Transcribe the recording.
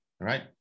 right